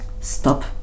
stop